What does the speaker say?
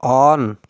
on